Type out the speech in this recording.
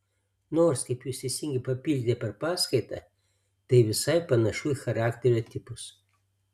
nors kaip jūs teisingai papildėte per paskaitą tai visai panašu į charakterio tipus